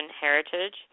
heritage